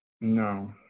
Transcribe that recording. no